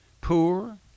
poor